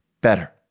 better